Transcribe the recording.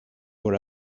were